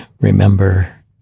remember